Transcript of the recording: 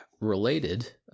related